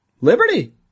liberty